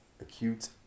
acute